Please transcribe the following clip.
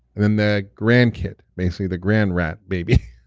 and then the grandkid basically the grand-rat baby.